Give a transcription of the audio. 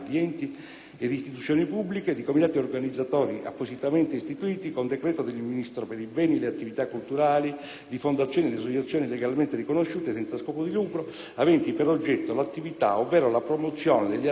ed istituzioni pubbliche, di comitati organizzatori appositamente istituiti con decreto del Ministro per i beni e le attività culturali, di fondazioni ed associazioni legalmente riconosciute, senza scopo di lucro, aventi per oggetto l'attività ovvero la promozione delle attività